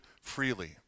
freely